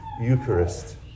Eucharist